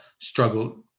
struggle